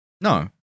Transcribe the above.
No